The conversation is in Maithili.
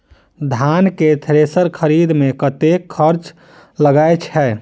धान केँ थ्रेसर खरीदे मे कतेक खर्च लगय छैय?